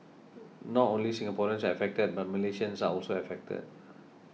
not only Singaporeans are affected but Malaysians are also affected